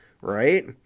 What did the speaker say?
Right